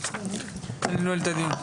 טוב, אני נועל את הדיון.